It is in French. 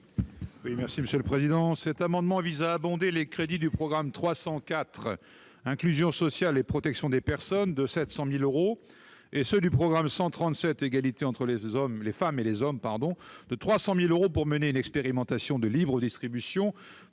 Quel est l'avis de la commission ? Cet amendement vise à abonder les crédits du programme 304 « Inclusion sociale et protection des personnes », à hauteur de 700 000 euros, et ceux du programme 137 « Égalité entre les femmes et les hommes », de 300 000 euros, afin de mener une expérimentation de libre distribution